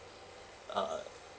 a'ah